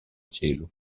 cielo